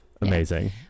Amazing